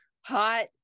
hot